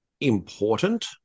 important